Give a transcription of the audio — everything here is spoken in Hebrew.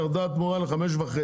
ירדה התמורה ל-5.5,